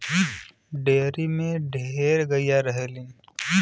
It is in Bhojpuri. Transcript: डेयरी में ढेर गइया रहलीन